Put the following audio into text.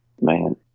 man